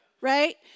Right